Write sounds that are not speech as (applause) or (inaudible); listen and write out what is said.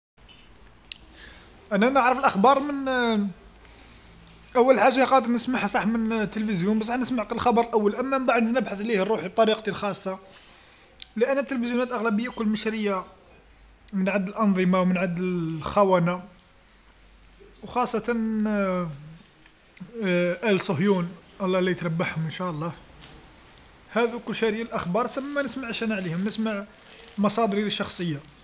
أنا نعرف الأخبار من أول حاجه قادر نسمعها صح من التلفزيون بصح نسمع على الأقل الخبر الأول أما من بعد نزيد نبحث عليه روحي بطريقتي الخاصه، لأن التلفزيونات الأغلبيه الكل مشريه من عند الأنظمه ومن عند ال- الخونة وخاصة (hesitation) آل صهيون الله لا تربحهم ان شاء الله، هادوك وشاريين الأخبار سما ما نسمعش أنا عليهم، نسمع مصادري الشخصيه.